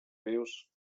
vius